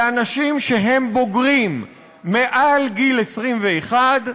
לאנשים שהם בוגרים מעל גיל 21,